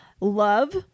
love